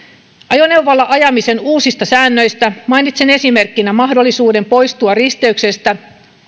ajoneuvolla ajamisen uusista säännöistä mainitsen esimerkkinä mahdollisuuden poistua risteyksestä